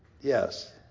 Yes